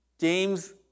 James